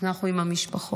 אנחנו עם המשפחות.